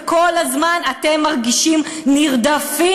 וכל הזמן אתם מרגישים נרדפים.